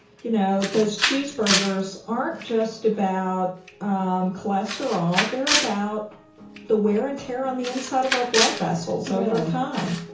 you know, those cheeseburgers aren't just about um cholesterol, they're about the wear and tear on the inside of our blood vessels over time